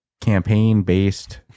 campaign-based